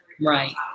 Right